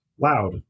loud